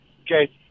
Okay